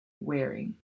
wearing